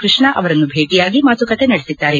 ಕೃಷ್ಣ ಅವರನ್ನು ಭೇಟಿಯಾಗಿ ಮಾತುಕತೆ ನಡೆಸಿದ್ದಾರೆ